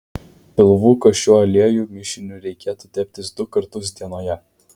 pilvuką šiuo aliejų mišiniu reikėtų teptis du kartus dienoje